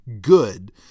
good